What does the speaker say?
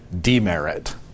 demerit